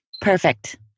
perfect